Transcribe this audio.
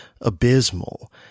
abysmal